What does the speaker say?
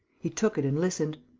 he took it and listened.